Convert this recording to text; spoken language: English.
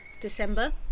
December